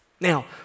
Now